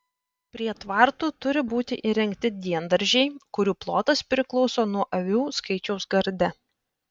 prie tvartų turi būti įrengti diendaržiai kurių plotas priklauso nuo avių skaičiaus garde